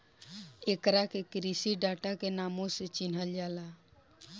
एकरा के कृषि डाटा के नामो से चिनहल जाला